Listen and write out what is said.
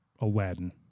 Aladdin